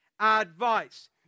advice